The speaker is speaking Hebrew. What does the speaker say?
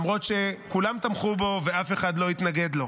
למרות שכולם תמכו בו ואף אחד לא התנגד לו.